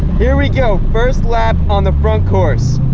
here we go, first lap on the front course.